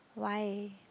why